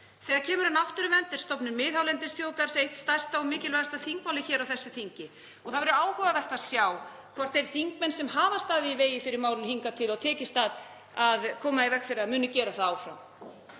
Þegar kemur að náttúruvernd er stofnun miðhálendisþjóðgarðs eitt stærsta og mikilvægasta þingmálið á þessu þingi. Það verður áhugavert að sjá hvort þeir þingmenn sem hafa staðið í vegi fyrir málinu hingað til og tekist að koma í veg fyrir það muni gera það áfram.